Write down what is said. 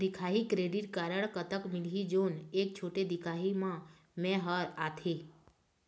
दिखाही credit card कतक मिलही जोन एक छोटे दिखाही म मैं हर आथे?